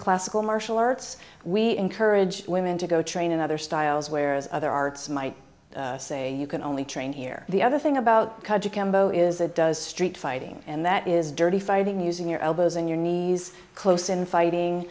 classical martial arts we encourage women to go train in other styles whereas other arts might say you can only train here the other thing about because you can bow is it does street fighting and that is dirty fighting using your elbows and your knees close in fighting